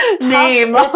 name